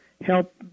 help